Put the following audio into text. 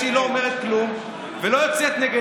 בזה שהיא לא אומרת כלום ולא יוצאת נגד